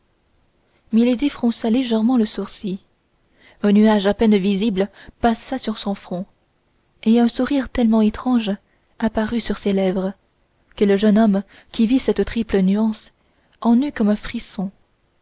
fronça légèrement le sourcil un nuage à peine visible passa sur son front et un sourire tellement étrange apparut sur ses lèvres que le jeune homme qui vit cette triple nuance en eut comme un frisson